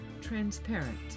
transparent